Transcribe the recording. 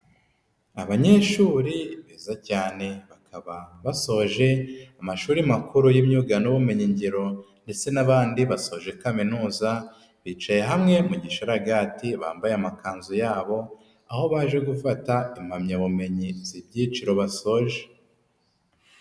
Abanyeshuri beza cyane bakaba basoje amashuri makuru y'imyuga n'ubumenyi ngiro ndetse n'abandi basoje kaminuza bicaye hamwe mu gisharaga bambaye amakanzu yabo, aho baje gufata impamyabumenyi z'ibyiciro basoje.